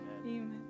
Amen